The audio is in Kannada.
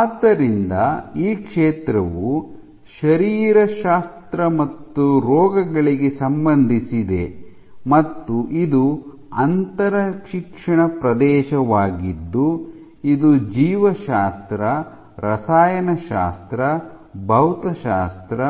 ಆದ್ದರಿಂದ ಈ ಕ್ಷೇತ್ರವು ಶರೀರಶಾಸ್ತ್ರ ಮತ್ತು ರೋಗಗಳಿಗೆ ಸಂಬಂಧಿಸಿದೆ ಮತ್ತು ಇದು ಅಂತರಶಿಕ್ಷಣ ಪ್ರದೇಶವಾಗಿದ್ದು ಇದು ಜೀವಶಾಸ್ತ್ರ ರಸಾಯನಶಾಸ್ತ್ರ ಭೌತಶಾಸ್ತ್ರ